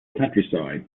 countryside